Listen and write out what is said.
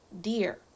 dear